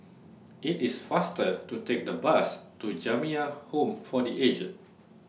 IT IS faster to Take The Bus to Jamiyah Home For The Aged